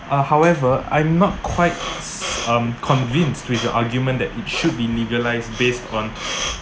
uh however I'm not quite s~ um convinced with your argument that it should be legalised based on